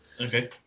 Okay